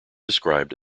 described